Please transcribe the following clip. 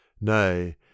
Nay